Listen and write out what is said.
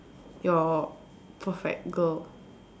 your perfect girl